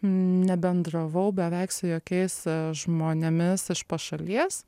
nebendravau beveik su jokiais žmonėmis iš pašalies